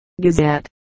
Gazette